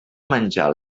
menjar